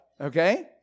Okay